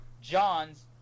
John's